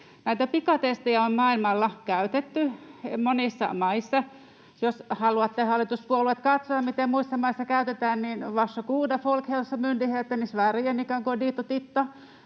pikatestejä on maailmalla käytetty monissa maissa. Jos haluatte katsoa, hallituspuolueet, miten muissa maissa käytetään, niin var så goda — Folkhälsomyndigheten i Sverige,